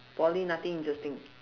poly nothing interesting